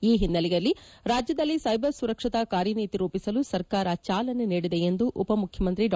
ಈ ಹಿನ್ನೆಲೆಯಲ್ಲಿ ರಾಜ್ಯದಲ್ಲಿ ಸೈಬರ್ ಸುರಕ್ಷತಾ ಕಾರ್ಯನೀತಿ ರೂಪಿಸಲು ಸರ್ಕಾರ ಜಾಲನೆ ನೀಡಿದೆ ಎಂದು ಉಪ ಮುಖ್ಯಮಂತ್ರಿ ಡಾ